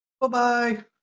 Bye-bye